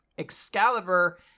Excalibur